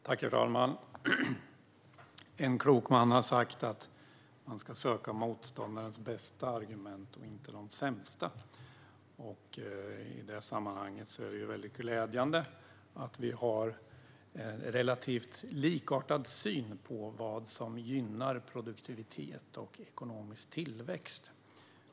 Herr talman! En klok man har sagt att man ska söka motståndarens bästa argument, och inte de sämsta. I det sammanhanget är det glädjande att vi har en relativt likartad syn på vad som gynnar produktivitet och ekonomisk tillväxt.